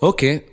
Okay